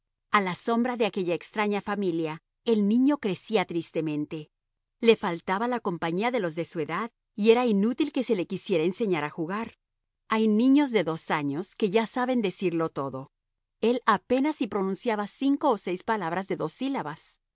a la sombra de aquella extraña familia el niño crecía tristemente le faltaba la compañía de los de su edad y era inútil que se le quisiera enseñar a jugar hay niños de dos años que ya saben decirlo todo él apenas si pronunciaba cinco o seis palabras de dos sílabas